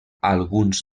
alguns